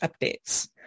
updates